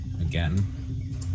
again